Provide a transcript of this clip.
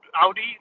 Audi